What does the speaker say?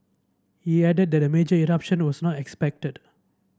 he added that a major eruption was not expected